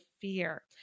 fear